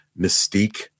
mystique